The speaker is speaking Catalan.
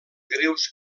greus